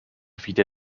viele